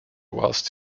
whilst